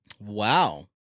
Wow